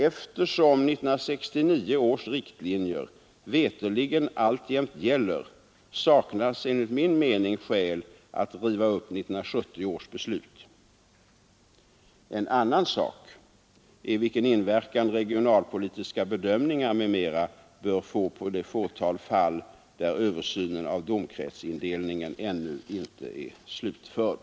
Eftersom 1969 års riktlinjer veterligen alltjämt gäller saknas enligt min mening skäl att riva upp 1970 års beslut. En annan sak är vilken inverkan regionalpolitiska bedömningar m.m. bör få på det fåtal fall där översynen av domkretsindelningen ännu inte är slutförd.